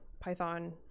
Python